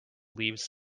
leaves